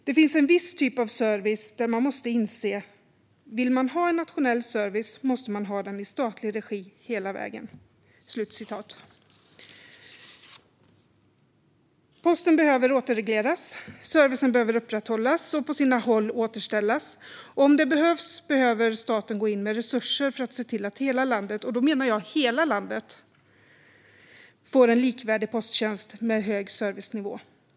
Det finns en viss typ av service där man måste inse: Vill man ha en nationell service måste man ha den i statlig regi hela vägen." Posten behöver återregleras. Servicen behöver upprätthållas och på sina håll återställas. Vid behov måste staten gå in med resurser för att se till att hela landet får en likvärdig posttjänst med hög servicenivå.